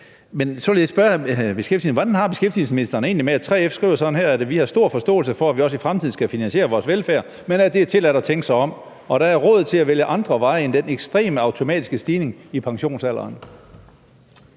hvordan beskæftigelsesministeren har det med, at 3F skriver sådan her: »I 3F har vi stor forståelse for, at vi også i fremtiden skal finansiere vores velfærd. Men det er tilladt at tænke sig om! … Der er råd til at vælge andre veje end den ekstreme, automatiske stigning i pensionsalderen.«